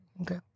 Okay